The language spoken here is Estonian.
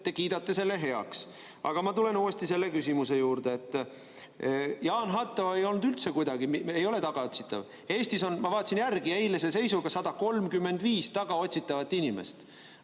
te kiidate selle heaks. Aga ma tulen uuesti selle küsimuse juurde. Jaan Hatto ei ole üldse tagaotsitav. Eestis on, ma vaatasin järele, eilse seisuga 135 tagaotsitavat inimest.